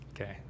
Okay